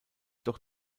doch